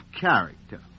character